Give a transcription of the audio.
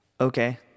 Okay